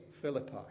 Philippi